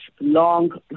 long